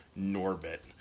Norbit